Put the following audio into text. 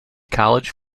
college